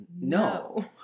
no